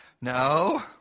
No